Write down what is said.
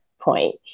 point